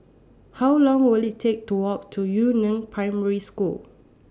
How Long Will IT Take to Walk to Yu Neng Primary School